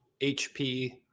HP